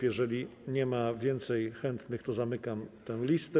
Jeżeli nie ma więcej chętnych, to zamykam listę.